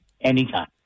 Anytime